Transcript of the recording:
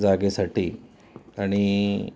जागेसाठी आणि